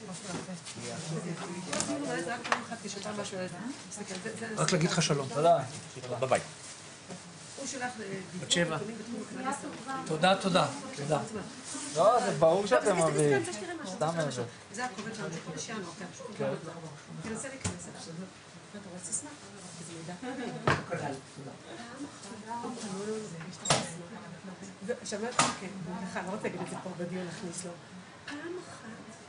בשעה 11:38.